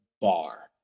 bar